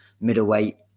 middleweight